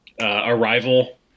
Arrival